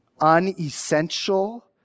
unessential